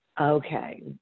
Okay